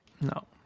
No